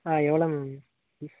ஆ எவ்வளோ ma'am fees